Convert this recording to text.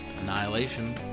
Annihilation